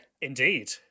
Indeed